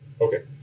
Okay